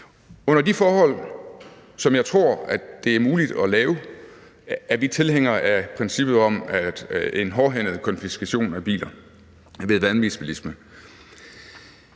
Under de forhold, som jeg tror det er muligt at lave, er vi tilhængere af princippet om en hårdhændet konfiskation af biler ved vanvidsbilisme.